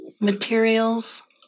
materials